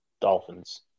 Dolphins